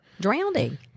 drowning